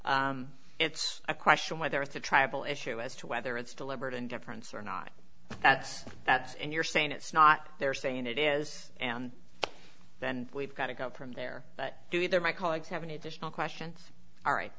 well it's a question whether it's a tribal issue as to whether it's deliberate indifference or not that's that's and you're saying it's not they're saying it is an then we've got to go from there but do there my colleagues have any additional questions all right